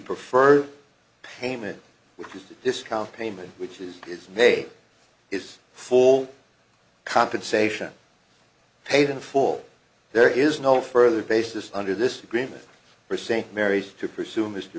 preferred payment which is to discount payment which is its may its full compensation paid in full there is no further basis under this agreement for st mary's to pursue mr